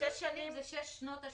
השש שנים זה שש שנות השומה.